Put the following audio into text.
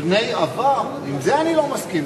פני עבר, עם זה אני לא מסכים.